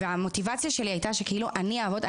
המוטיבציה שלי הייתה שאני אעבוד,